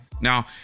Now